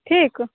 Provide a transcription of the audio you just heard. ठीक